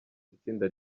itsinda